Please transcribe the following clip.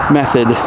method